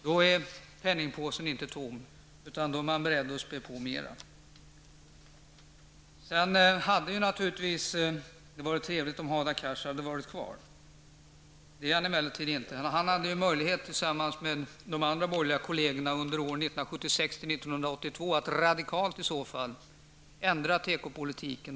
Då är penningpåsen inte tom, utan då är man beredd att spä på mer. Det hade varit trevligt om Hadar Cars hade varit kvar i kammaren. Det är han emellertid inte. Han, tillsammans med de andra borgerliga kollegerna, hade under åren 1976--1982 möjlighet att radikalt ändra tekopolitiken.